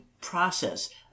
process